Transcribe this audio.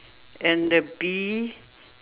and the bee